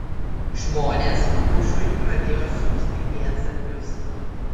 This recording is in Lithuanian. žmonės bushui pradėjo siųsti lietsargius